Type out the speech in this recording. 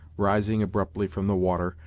rising abruptly from the water,